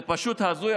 זה פשוט הזוי,